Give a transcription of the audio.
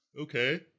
Okay